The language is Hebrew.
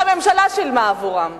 שהממשלה שילמה עבורן.